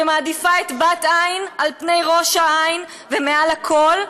שמעדיפה את בת עין על פני ראש העין ומעל הכול,